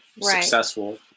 successful